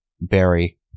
Barry